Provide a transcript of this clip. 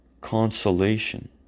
consolation